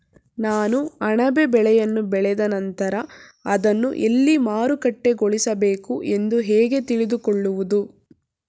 ನಾನು ಅಣಬೆ ಬೆಳೆಯನ್ನು ಬೆಳೆದ ನಂತರ ಅದನ್ನು ಎಲ್ಲಿ ಮಾರುಕಟ್ಟೆಗೊಳಿಸಬೇಕು ಎಂದು ಹೇಗೆ ತಿಳಿದುಕೊಳ್ಳುವುದು?